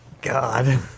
God